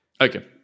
Okay